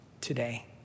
today